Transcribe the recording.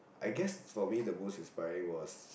I guess for me the most inspiring was